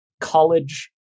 college